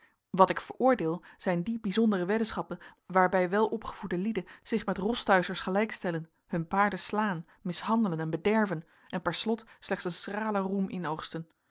wat ik veroordeel zijn die bijzondere weddenschappen waarbij welopgevoede lieden zich met rostuischers gelijk stellen hun paarden slaan mishandelen en bederven en per slot slechts een schralen roem inoogsten